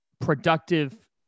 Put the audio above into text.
productive